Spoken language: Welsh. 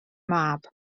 mab